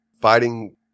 fighting